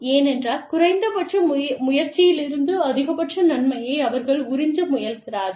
ஏனென்றால் குறைந்தபட்ச முயற்சியிலிருந்து அதிகபட்ச நன்மையை அவர்கள் உறிஞ்ச முயல்கிறார்கள்